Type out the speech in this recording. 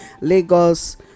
Lagos